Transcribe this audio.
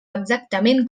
exactament